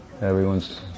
everyone's